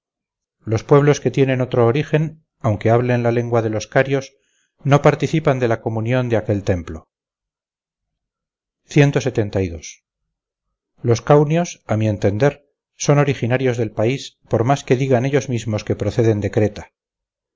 los pueblos que tienen otro origen aunque hablen la lengua de los carios no participan de la comunión de aquel templo los caunios a mi entender son originarios del país por más que digan ellos mismos que proceden